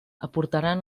aportaran